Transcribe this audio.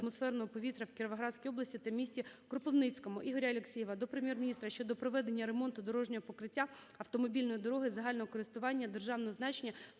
Дякую